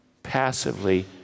Passively